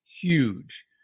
huge